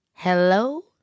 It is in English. Hello